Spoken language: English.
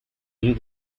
you